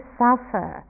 suffer